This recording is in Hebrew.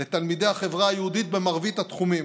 לתלמידי החברה היהודית במרבית התחומים.